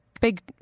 big